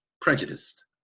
prejudiced